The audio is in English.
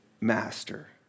master